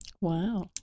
Wow